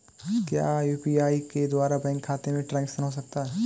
क्या यू.पी.आई के द्वारा बैंक खाते में ट्रैन्ज़ैक्शन हो सकता है?